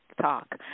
talk